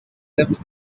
left